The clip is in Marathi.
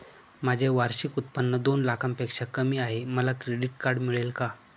माझे वार्षिक उत्त्पन्न दोन लाखांपेक्षा कमी आहे, मला क्रेडिट कार्ड मिळेल का?